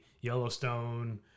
Yellowstone